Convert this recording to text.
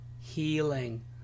healing